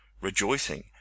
rejoicing